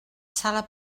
sala